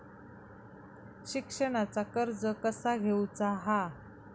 शिक्षणाचा कर्ज कसा घेऊचा हा?